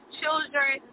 children